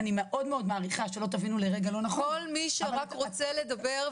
ואני מאוד מאוד מעריכה,